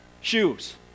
shoes